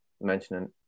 mentioning